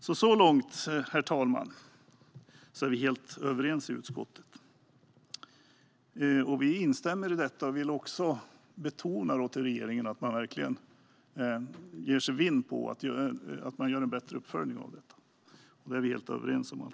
Så långt, herr talman, är vi helt överens i utskottet. Vi instämmer i detta, och vi vill också betona för regeringen att man verkligen lägger sig vinn om att göra en bättre uppföljning. Detta är vi alltså helt överens om.